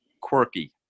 quirky